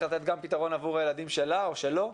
לתת פתרון גם עבור הילדים שלה או שלו,